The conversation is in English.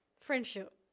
friendship